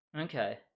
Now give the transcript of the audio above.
Okay